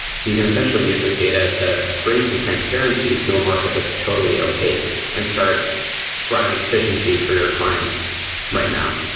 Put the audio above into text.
so you can essentially use this data to bring some transparency to a market that's totally opaque and start driving efficiency for your clients right now.